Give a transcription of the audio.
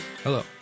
Hello